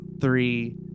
three